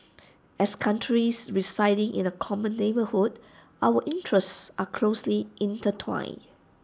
as countries residing in the common neighbourhood our interests are closely intertwined